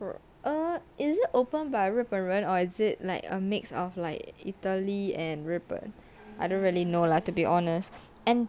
or is it open by reference or is it like a mix of like italy and ribbon I don't really know lah to be honest and